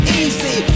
easy